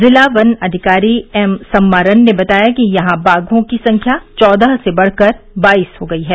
जिला वन अधिकारी एम सम्मारन ने बताया कि यहां बाघों की संख्या चौदह से बढ़कर बाईस हो गई है